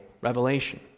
revelation